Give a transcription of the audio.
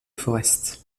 forrest